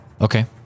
Okay